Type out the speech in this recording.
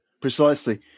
precisely